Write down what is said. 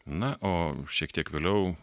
na o šiek tiek vėliau